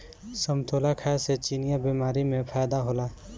समतोला खाए से चिनिया बीमारी में फायेदा होला